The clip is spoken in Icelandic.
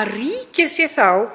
að ríkið sé að